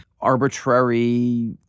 arbitrary